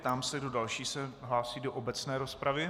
Ptám se, kdo další se hlásí do obecné rozpravy.